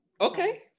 Okay